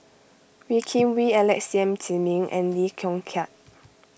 Wee Kim Wee Alex Yam Ziming and Lee Yong Kiat